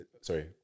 sorry